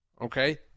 okay